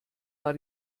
war